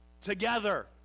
together